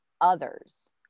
others